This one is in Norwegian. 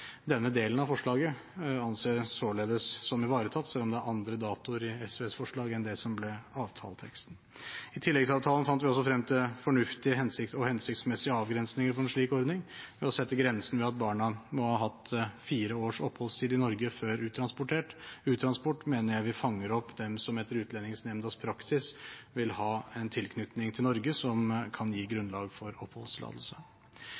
Denne delen av forslaget anses således som ivaretatt, selv om det er andre datoer i SVs forslag enn det som ble avtaleteksten. I tilleggsavtalen fant vi også frem til fornuftige og hensiktsmessige avgrensninger for en slik ordning, og ved å sette grensen ved at barna må ha hatt fire års oppholdstid i Norge før uttransportering, mener jeg vi fanger opp dem som etter Utlendingsnemndas praksis vil ha en tilknytning til Norge som kan gi grunnlag for